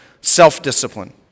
self-discipline